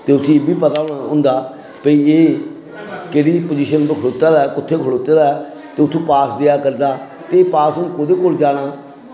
ते उस्सी इ'ब्बी पता होंदा कि भाई एह् केह्ड़ी पोजीशन पर खड़ोते दा ऐ कु'त्थै खड़ोते दा ऐ ते उत्थूं पास देआ करदा ते पास हून कोह्दे कोल जाना